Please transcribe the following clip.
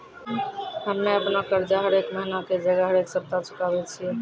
हम्मे अपनो कर्जा हरेक महिना के जगह हरेक सप्ताह चुकाबै छियै